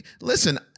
Listen